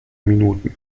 minuten